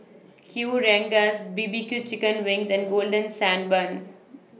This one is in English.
Kueh Rengas B B Q Chicken Wings and Golden Sand Bun